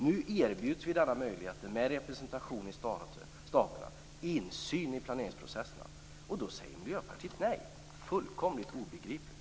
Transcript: Nu erbjuds vi denna möjlighet med representation i staberna och insyn i planeringsprocesserna, men då säger Miljöpartiet nej. Det är fullkomligt obegripligt!